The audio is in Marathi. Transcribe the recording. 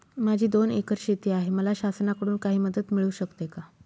माझी दोन एकर शेती आहे, मला शासनाकडून काही मदत मिळू शकते का?